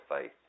faith